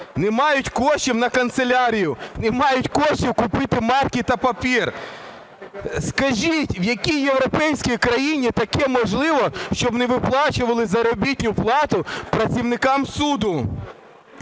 не мають коштів на канцелярію, не мають коштів купити марки та папір. Скажіть, в якій європейській країні таке можливо, щоб не виплачували заробітну плату працівникам суду?